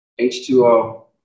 H2O